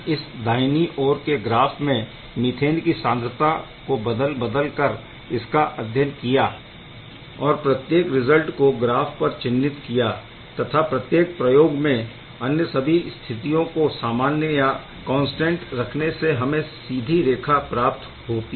हमने इस दाहिनी ओर के ग्राफ में मीथेन की सांद्रता को बदल बदल कर इसका अध्ययन किया और प्रत्येक रिज़ल्ट को ग्राफ पर चिह्नित किया तथा प्रत्येक प्रयोग में अन्य सभी स्थितियों को सामान्य या कौन्सटेंट रखने से हमें सीधी रेखा प्राप्त होती है